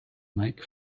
make